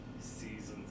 Seasons